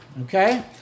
Okay